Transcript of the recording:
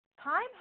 time